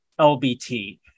LBT